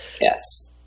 yes